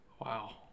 Wow